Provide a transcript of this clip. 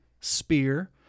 Spear